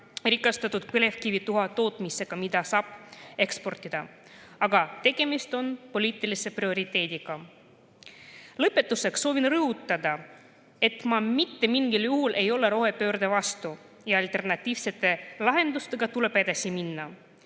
rikastatud põlevkivituha tootmisega, mida saab eksportida. Aga tegemist on poliitilise prioriteediga. Lõpetuseks soovin rõhutada, et ma mitte mingil juhul ei ole rohepöörde vastu. Alternatiivsete lahendustega tuleb edasi minna.